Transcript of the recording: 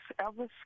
Elvis